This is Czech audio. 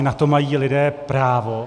Na to mají lidé právo.